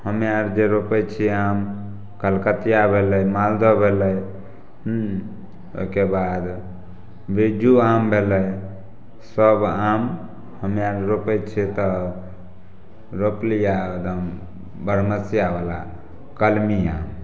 हमे आर जे रोपै छिए आम कलकतिआ भेलै मालदह भेलै हुँ ओहिके बाद बिज्जू आम भेलै सब आम हमे आर रोपै छिए तऽ रोपली आओर एकदम बरमसिआवला कलमी आम